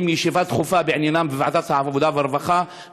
ישיבה דחופה בעניינם בוועדת העבודה והרווחה.